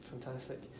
Fantastic